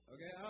Okay